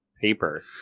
paper